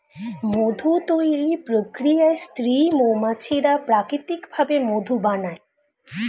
মধু তৈরির প্রক্রিয়ায় স্ত্রী মৌমাছিরা প্রাকৃতিক ভাবে মধু বানায়